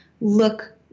look